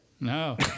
No